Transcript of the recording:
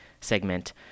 segment